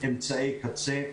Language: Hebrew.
אמצעי קצה.